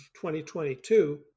2022